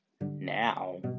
now